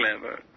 clever